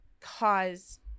cause